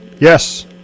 Yes